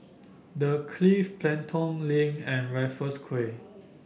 The Clift Pelton Link and Raffles Quay